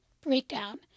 breakdown